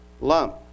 lump